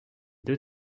deux